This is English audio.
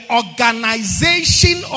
organization